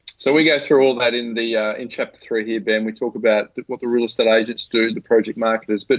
so we go through all that in the in chapter three here. then we talk about what the real estate agents do, the project marketers, but